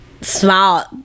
small